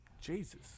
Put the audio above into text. Jesus